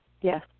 Yes